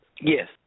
Yes